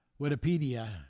Wikipedia